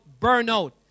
burnout